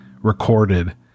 recorded